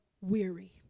weary